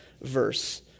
verse